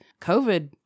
COVID